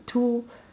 to